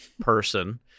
person